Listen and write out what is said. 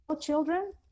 children